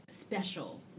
special